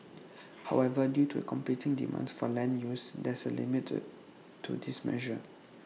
however due to competing demands for land use there is A limit to this measure